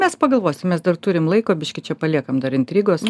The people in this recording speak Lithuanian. mes pagalvosim mes dar turim laiko biškį čia paliekam dar intrigos